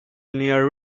near